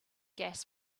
gas